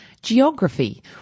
Geography